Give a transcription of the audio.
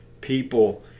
people